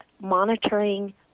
monitoring